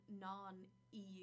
non-EU